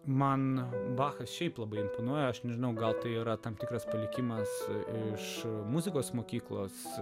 man bachas šiaip labai imponuoja aš nežinau gal tai yra tam tikras palikimas iš muzikos mokyklos